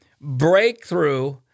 breakthrough